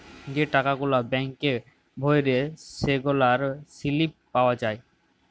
যে টাকা গুলা ব্যাংকে ভ্যইরে সেগলার সিলিপ পাউয়া যায়